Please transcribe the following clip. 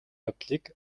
явдлыг